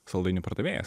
saldainių pardavėjas